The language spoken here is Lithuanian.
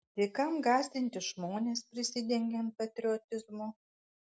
tai kam gąsdinti žmones prisidengiant patriotizmu